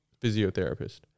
physiotherapist